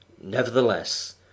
Nevertheless